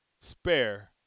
spare